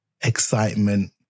excitement